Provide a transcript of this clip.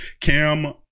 Cam